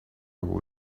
will